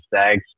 Stags